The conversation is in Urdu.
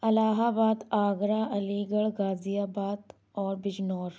الہ آباد آگرہ علی گڑھ غازی آباد اور بجنور